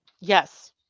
Yes